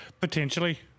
Potentially